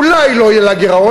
אולי לא יהיה לה גירעון,